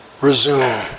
resume